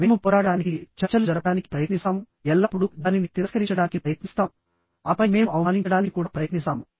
మేము పోరాడటానికిచర్చలు జరపడానికి ప్రయత్నిస్తాముఎల్లప్పుడూ దానిని తిరస్కరించడానికి ప్రయత్నిస్తాముఆపై మేము అవమానించడానికి కూడా ప్రయత్నిస్తాము